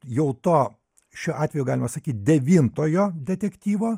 jau to šiuo atveju galima sakyt devintojo detektyvo